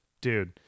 dude